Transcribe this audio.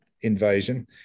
invasion